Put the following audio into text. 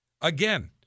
Again